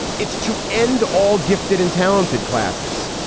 it's to end all gifted and talented classes.